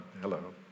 hello